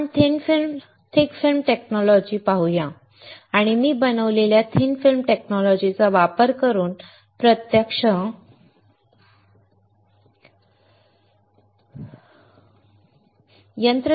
आता आपण thick film technology पाहू या आणि मी बनवलेल्या थिन फिल्म टेक्नॉलॉजीचा वापर करून प्रत्यक्ष यंत्र दाखवण्याचा प्रयत्न करेन